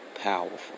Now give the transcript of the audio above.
powerful